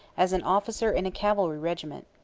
as an officer in a cavalry regiment.